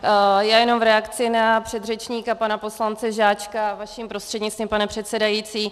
Já jenom v reakci na předřečníka pana poslance Žáčka vaším prostřednictvím, pane předsedající.